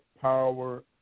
power